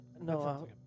No